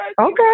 Okay